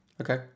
Okay